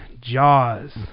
Jaws